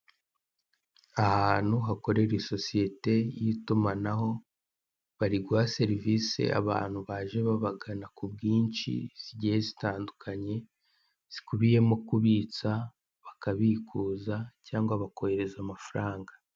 Ahantu hakorera isosiyete y'itumanaho, bari guha serivisi abantu baje babagana kubwinshi zigiye zitandukanye, zikubiyemo; kubitsa, bakabikuza, cyangwa bakohereza amafaranga.